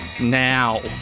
Now